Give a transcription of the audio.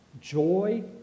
joy